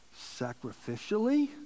sacrificially